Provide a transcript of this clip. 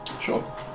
Sure